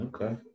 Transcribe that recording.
Okay